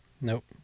Nope